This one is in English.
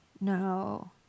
No